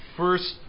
first